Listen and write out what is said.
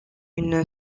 une